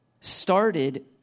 started